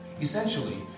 Essentially